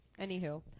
anywho